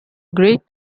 great